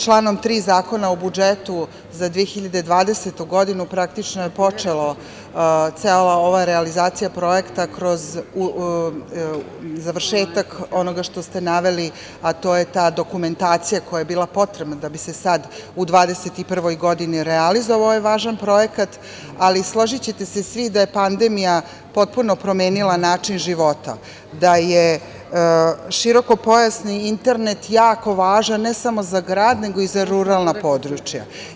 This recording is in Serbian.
Članom 3. Zakona o budžetu za 2020. godinu, praktično je počela cela ova realizacija projekta kroz završetak onoga što ste naveli, a to je ta dokumentacija koja je bila potrebna da bi se sada u 2021. godini realizovao ovaj važan projekat, ali složićete se svi da je pandemija potpuno promenila način života, da je širokopojasni internet jako važan ne samo za grad, nego i za ruralna područja.